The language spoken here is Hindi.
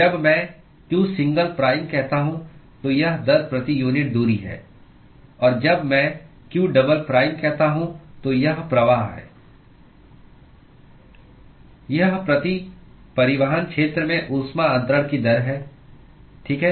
जब मैं q सिंगल प्राइम कहता हूं तो यह दर प्रति यूनिट दूरी है और जब मैं q डबल प्राइम कहता हूं तो यह प्रवाह है यह प्रति परिवहन क्षेत्र में ऊष्मा अन्तरण की दर है ठीक है